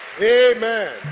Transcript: amen